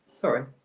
sorry